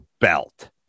belt